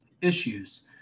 issues